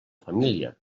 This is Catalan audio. família